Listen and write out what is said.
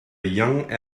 young